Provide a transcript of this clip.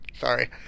Sorry